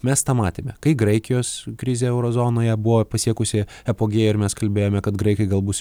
mes tą matėme kai graikijos krizė euro zonoje buvo pasiekusi apogėjų ir mes kalbėjome kad graikai galbūt